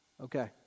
Okay